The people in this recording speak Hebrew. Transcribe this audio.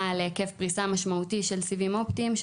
להיקף פריסה משמעותי של סיבים אופטיים,